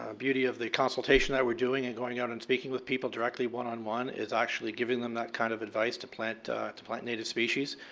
ah beauty of the consultation that we're doing and going out and speaking with people directly one on one is actually giving them that kind of advice to plant to plant native species,